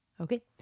Okay